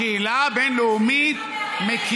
אתה לא מודה בזה?